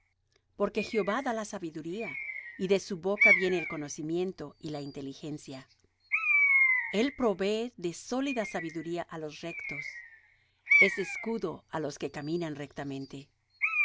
porque jehová da la sabiduría y de su boca viene el conocimiento y la inteligencia el provee de sólida sabiduría á los rectos es escudo á los que caminan rectamente